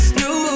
new